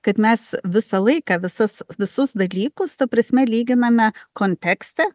kad mes visą laiką visas visus dalykus ta prasme lyginame kontekste